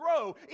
grow